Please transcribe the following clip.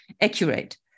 accurate